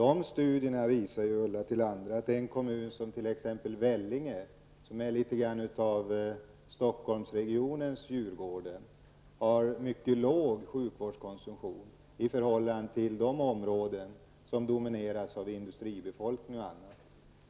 Dessa studier visar, Ulla Tillander, att t.ex. en kommun som Vellinge, som något liknar Stockholmsregionens Djurgården, har en mycket låg sjukvårdskonsumtion i förhållande till de områden som domineras av industriarbetare och andra.